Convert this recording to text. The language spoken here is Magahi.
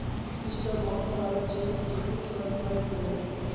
पिछला बहुत सालत जैविक खेतीर चलन बढ़े गेले